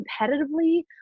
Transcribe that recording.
competitively